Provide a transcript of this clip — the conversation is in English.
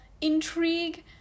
intrigue